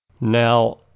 Now